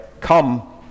Come